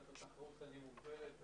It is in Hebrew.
והתחרות כאן מוגבלת.